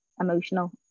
emotional